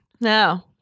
No